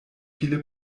viele